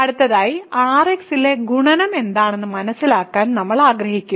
അടുത്തതായി Rx ലെ ഗുണനം എന്താണെന്ന് മനസിലാക്കാൻ നമ്മൾ ആഗ്രഹിക്കുന്നു